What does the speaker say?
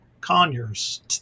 Conyers